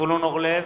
זבולון אורלב,